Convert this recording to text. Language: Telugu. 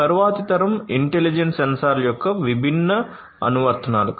ఇవి తరువాతి తరం ఇంటెలిజెంట్ సెన్సార్ల యొక్క విభిన్న అనువర్తనాలు